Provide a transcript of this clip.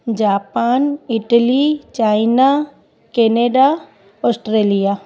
Japan Italy China Canada Australia